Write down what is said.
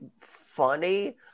funny